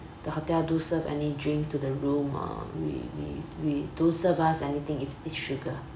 the hotel do serve any drinks to the room uh we we we don't serve us anything if it's sugar